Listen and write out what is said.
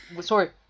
Sorry